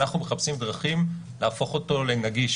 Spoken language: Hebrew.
ואנחנו מחפשים דרכים להפוך אותו לנגיש,